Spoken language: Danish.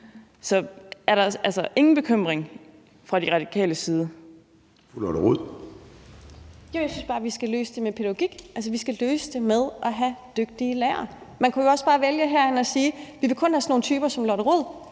10:58 Formanden (Søren Gade): Fru Lotte Rod. Kl. 10:58 Lotte Rod (RV): Jo, jeg synes bare, at vi skal løse det med pædagogik. Vi skal løse det med at have dygtige lærere. Man kunne jo også bare vælge herinde at sige: Vi vil kun have sådan nogle typer som Lotte Rod,